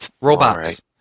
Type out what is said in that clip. Robots